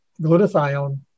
glutathione